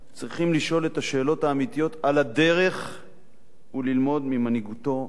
צריכים לשאול את השאלות האמיתיות על הדרך וללמוד ממנהיגותו,